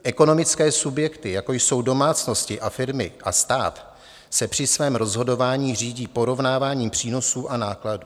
Ekonomické subjekty, jako jsou domácnosti a firmy a stát, se při svém rozhodování řídí porovnáváním přínosů a nákladů.